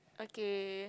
okay